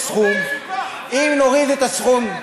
אולי לא תסכים להן, אולי כן תסכים להן.